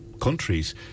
countries